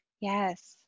Yes